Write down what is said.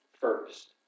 first